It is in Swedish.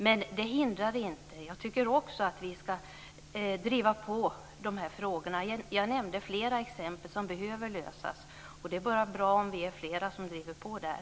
Men det hindrar inte att jag också tycker att vi ska driva på i de här frågorna. Jag nämnde flera exempel på frågor som behöver lösas. Det är bara bra om vi är flera som driver på där.